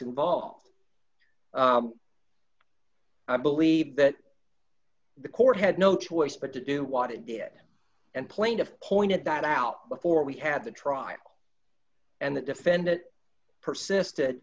involved i believe that the court had no choice but to do what it did and plaintiff pointed that out before we had the trial and the defendant persisted